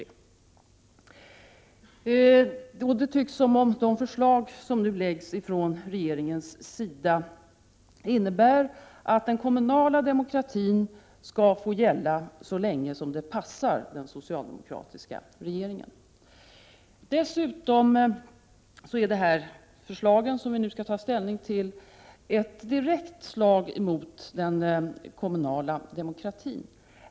Det tycks som om det förslag som nu läggs fram från regeringen innebär att det kommunala ansvaret skall få gälla så länge det passar den socialdemokratiska regeringen. Dessutom är det förslag som vi nu skall ta ställning till ett direkt slag mot den kommunala demokratin.